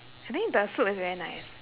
I think the soup is very nice